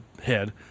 head